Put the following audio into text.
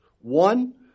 One